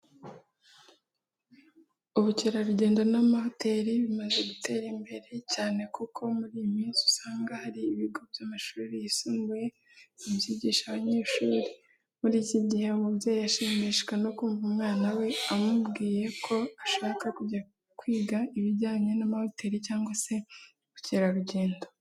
Ubukerarugendo n'amahoteli bimaze gutera imbere cyane kuko muri iyi minsi usanga hari ibigo by'amashuri yisumbuye bibyigisha abanyeshuri. Muri iki gihe, umubyeyi ashimishwa no kumva umwana we amubwiye ko ashaka kujya kwiga ibijyanye n'amahoteli cyangwa se ubukerarugendo.